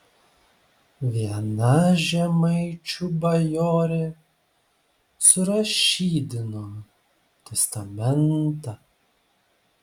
viena žemaičių bajorė surašydino testamentą